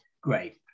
Great